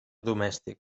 domèstic